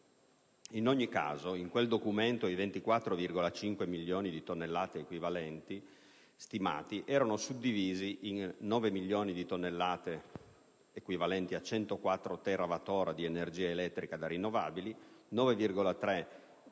In ogni caso, in quel documento, i 24,5 milioni di tonnellate equivalenti stimati erano suddivisi in 9 milioni di tonnellate, equivalenti a 104 terawattora di energia elettrica da rinnovabili, 9,3 milioni